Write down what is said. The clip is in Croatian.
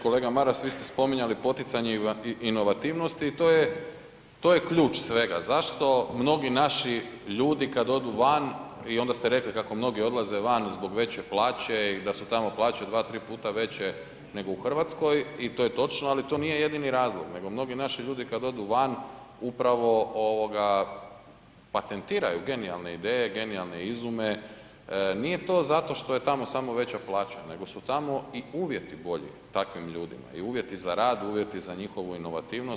Kolega Maras, vi ste spominjali poticanje i inovativnost i to je ključ svega, zašto mnogi naši ljudi kad odu van i onda ste rekli kako mnogi odlaze van zbog veće plaće i da su tamo plaće 2, 3 puta veće nego u Hrvatskoj i to je točno ali to nije jedini razlog nego mnogi naši ljudi kad odu van, upravo patentiraju genijalne ideje, genijalne izume, nije to zato što je tamo samo veća plaća nego su tamo i uvjeti bolji takvim ljudima i uvjeti za rad, uvjeti za njihovu inovativnost.